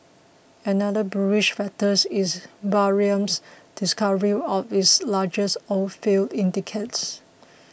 another bearish factor is Bahrain's discovery of its largest oilfield in decades